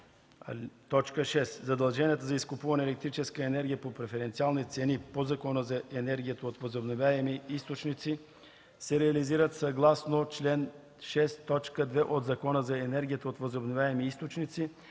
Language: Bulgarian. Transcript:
(6) Задълженията за изкупуване на електрическа енергия по преференциални цени по Закона за енергията от възобновяеми източници се реализират съгласно чл. 6, т. 2 от Закона за енергията от възобновяеми източници